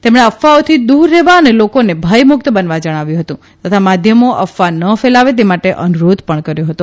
તેમણે અફવાઓથી દૂર રહેવા અને લોકોને ભયમુકત બનવા જણાવ્યું હતું તથા માધ્યમો અફવા ન ફેલાવે તે માટે અનુરોધ કર્યો હતો